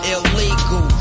illegal